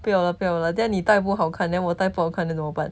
不要 lah 不要 lah 等一下你戴不好看 then 我戴不好看 then 怎么办